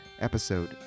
episode